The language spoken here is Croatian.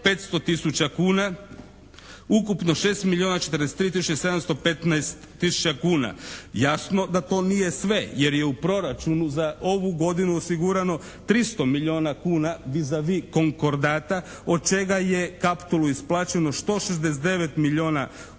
500 tisuća kuna, ukupno 6 milijuna 43 tisuće i 715 tisuća kuna. Jasno da to nije sve jer je u proračunu za ovu godinu osigurano 300 milijuna kuna vis a vis konkordata od čega je Kaptolu isplaćeno 169 milijuna kuna